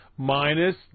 Minus